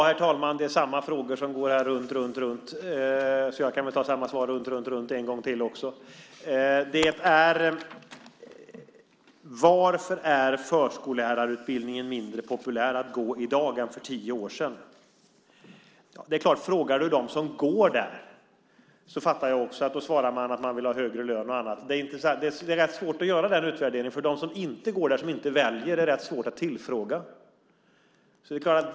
Herr talman! Det är samma frågor som går här runt, runt, runt. Jag kan väl ge samma svar runt, runt, runt en gång till också. Varför är förskollärarutbildningen mindre populär att gå i dag än för tio år sedan? Frågar du dem som går där förstår jag att man svarar att man vill ha högre lön och annat. Det är svårt att göra någon utvärdering. De som inte går den är det svårt att tillfråga.